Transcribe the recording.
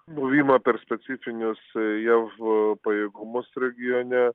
buvimą per specifinius jav pajėgumus regione